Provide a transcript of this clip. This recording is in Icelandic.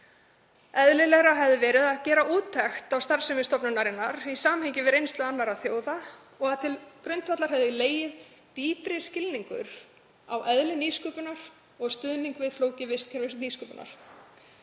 Eðlilegra hefði verið að gera úttekt á starfsemi stofnunarinnar í samhengi við reynslu annarra þjóða og að til grundvallar hefði legið dýpri skilningur á eðli nýsköpunar og stuðnings við flókið vistkerfi nýsköpunar.